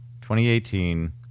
2018